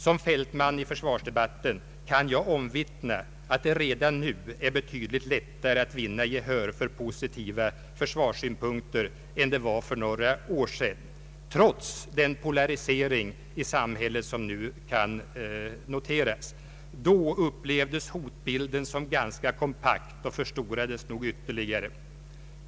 Som fältman i försvarsdebatten kan jag omvittna att det redan nu är betydligt lättare att vinna gehör för positiva försvarssynpunkter än det var för några år sedan, trots den polarisering i samhället som nu kan noteras. Då upplevdes hotbilden som ganska kompakt och förstorades nog ytterligare.